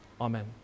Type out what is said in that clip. amen